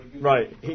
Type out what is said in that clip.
Right